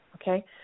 Okay